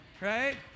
right